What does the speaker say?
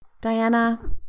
Diana